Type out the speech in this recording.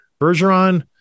Bergeron